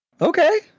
okay